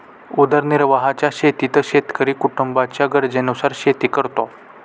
उदरनिर्वाहाच्या शेतीत शेतकरी कुटुंबाच्या गरजेनुसार शेती करतो